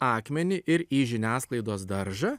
akmenį ir į žiniasklaidos daržą